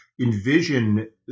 envision